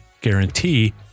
guarantee